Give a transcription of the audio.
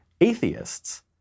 atheists